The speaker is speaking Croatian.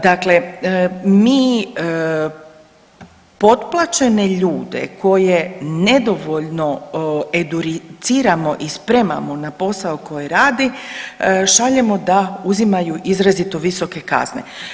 Dakle, mi potplaćene ljude koji nedovoljno educiramo i spremamo na posao koji radi, šaljemo da uzimaju izrazito visoke kazne.